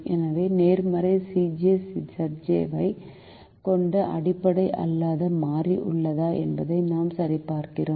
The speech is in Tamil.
எனவே நேர்மறை Cj Zj ஐக் கொண்ட அடிப்படை அல்லாத மாறி உள்ளதா என்பதை நாம் சரிபார்க்கிறோம்